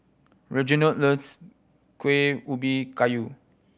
Reginald loves Kuih Ubi Kayu